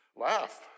Laugh